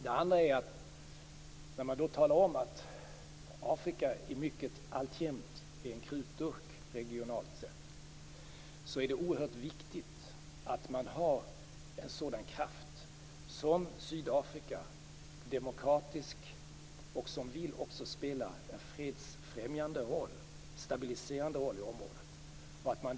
Det andra är följande: När man då talar om att Afrika i mångt och mycket alltjämt är en krutdurk regionalt sett är det oerhört viktigt att man har en sådan kraft som Sydafrika, som är demokratiskt och som vill spela en fredsfrämjande och stabiliserande roll i området.